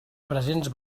presents